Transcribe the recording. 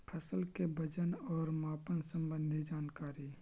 फसल के वजन और मापन संबंधी जनकारी?